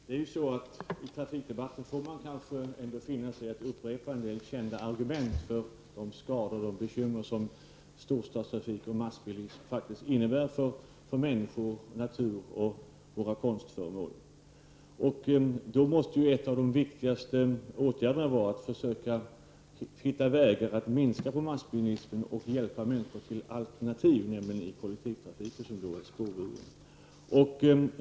Herr tamlan! I trafikdebatterna får man kanske finna sig i att upprepa en del kända argument beträffande de skador och bekymmer som storstadstrafiken och massbilismen faktiskt innebär för människor, natur och våra konstföremål. Då måste en av de viktigaste åtgärderna vara att försöka hitta vägar att minska massbilismen och hjälpa människor till alternativ, nämligen spårbunden kollektivtrafik.